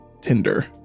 Tinder